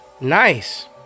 Nice